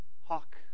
Hawk